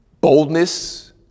boldness